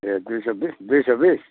ए दुई सौ बिस दुई सौ बिस